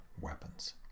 weapons